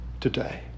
today